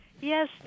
Yes